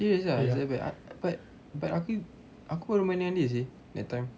serious ah it's that bad but but aku aku baru main dengan dia seh that time